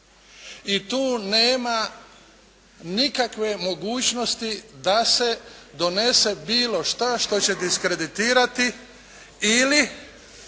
i tu nema nikakve mogućnosti da se donese bilo šta što će diskreditirati ili